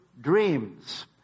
dreams